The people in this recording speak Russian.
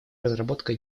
разработка